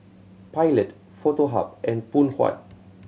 Pilot Foto Hub and Phoon Huat